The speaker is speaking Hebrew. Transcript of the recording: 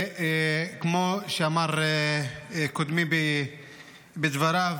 וכמו שאמר קודמי בדבריו,